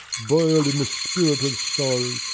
boil'd in the spirit of sol,